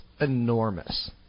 enormous